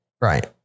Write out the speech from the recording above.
Right